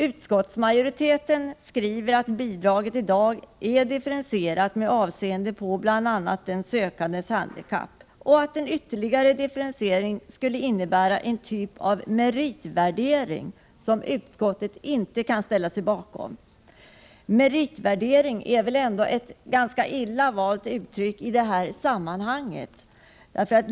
Utskottsmajoriteten skriver att bidraget i dag är differentierat med avseende på bl.a. den sökandes handikapp och att en ytterligare differentiering skulle innebära en typ av meritvärdering som utskottet inte kan ställa sig bakom. Meritvärdering är väl ändå ett ganska illa valt uttryck i det här sammanhanget.